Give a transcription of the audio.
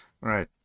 Right